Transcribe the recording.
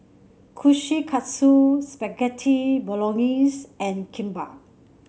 Kushikatsu Spaghetti Bolognese and Kimbap